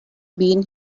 been